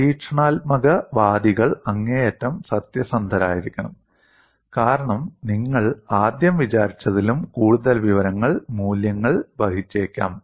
പരീക്ഷണാത്മകവാദികൾ അങ്ങേയറ്റം സത്യസന്ധരായിരിക്കണം കാരണം നിങ്ങൾ ആദ്യം വിചാരിച്ചതിലും കൂടുതൽ വിവരങ്ങൾ മൂല്യങ്ങൾ വഹിച്ചേക്കാം